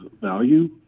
value